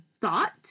thought